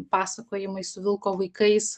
pasakojimai su vilko vaikais